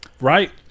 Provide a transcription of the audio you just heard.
Right